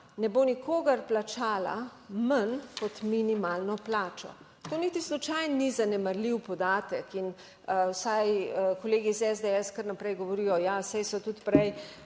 ne bo nikogar plačala manj kot minimalno plačo. To niti slučajno ni zanemarljiv podatek in vsaj kolegi iz SDS, kar naprej govorijo, ja, saj so tudi prej